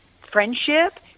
friendship